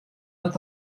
dat